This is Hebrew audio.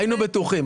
היינו בטוחים.